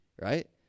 right